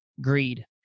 greed